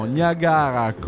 Niagara